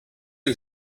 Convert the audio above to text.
you